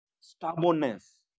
stubbornness